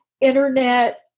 internet